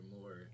more